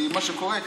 כי מה שקורה הוא,